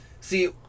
See